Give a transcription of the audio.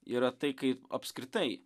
yra tai kai apskritai